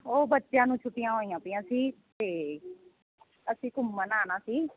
ਉਹ ਬੱਚਿਆਂ ਨੂੰ ਛੁੱਟੀਆਂ ਹੋਈਆਂ ਪਈਆਂ ਸੀ ਅਤੇ ਅਸੀਂ ਘੁੰਮਣ ਆਉਣਾ ਸੀ